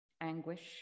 anguish